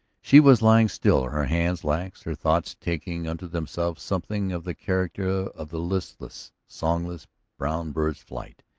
she was lying still, her hands lax, her thoughts taking unto themselves something of the character of the listless, songless brown bird's flight.